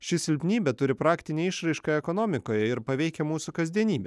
ši silpnybė turi praktinę išraišką ekonomikoje ir paveikia mūsų kasdienybę